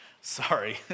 Sorry